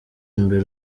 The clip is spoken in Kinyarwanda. imbere